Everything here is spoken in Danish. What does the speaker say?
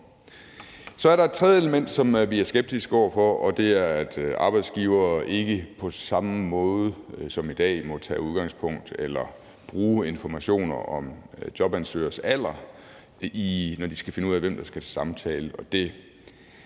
Så er der et tredje element, som vi er skeptiske over for, og det er, at arbejdsgivere ikke på samme måde som i dag må tage udgangspunkt i eller bruge informationer om en jobansøgers alder, når de skal finde ud af, hvem der skal til samtale. Det